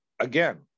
again